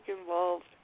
involved